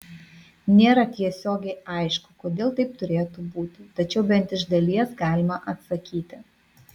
nėra tiesiogiai aišku kodėl taip turėtų būti tačiau bent iš dalies galima atsakyti